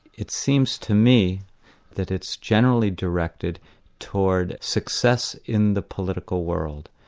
it seems to me that it's generally directed towards success in the political world,